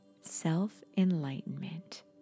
self-enlightenment